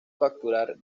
capturar